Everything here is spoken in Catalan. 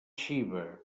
xiva